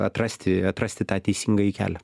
atrasti atrasti tą teisingąjį kelią